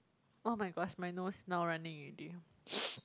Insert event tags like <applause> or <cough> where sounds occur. oh my gosh my nose now running already <noise>